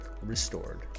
restored